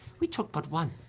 we took but one.